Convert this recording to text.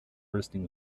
bursting